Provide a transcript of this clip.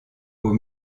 aux